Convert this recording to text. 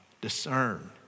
discern